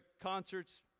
concerts